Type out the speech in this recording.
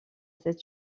cette